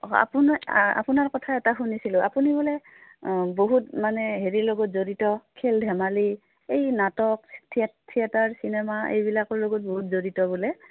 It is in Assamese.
অঁ আপোনাৰ আপোনাৰ কথা এটা শুনিছিলোঁ আপুনি বোলে বহুত মানে হেৰিৰ লগত জড়িত খেল ধেমালি এই নাটক থিয়ে থিয়েটাৰ চিনেমা এইবিলাকৰ লগত বহুত জড়িত বোলে